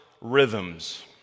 rhythms